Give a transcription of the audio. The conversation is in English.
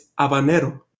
habanero